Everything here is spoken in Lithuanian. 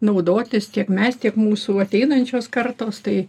naudotis tiek mes tiek mūsų ateinančios kartos tai